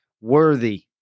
worthy